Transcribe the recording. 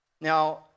Now